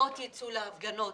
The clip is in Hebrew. ופחות יצאו להפגנות.